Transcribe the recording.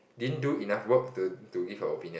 didn't do enough work to to give her opinion